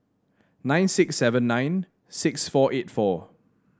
nine six seven nine six four eight four